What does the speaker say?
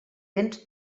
véns